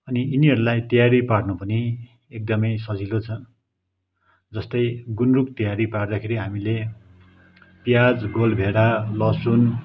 अनि यिनीहरूलाई तयारी पार्नु पनि एकदमै सजिलो छ जस्तै गुन्द्रुक तयारी पार्दाखेरि हामीले प्याज गोलभेडा लसुन